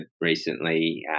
recently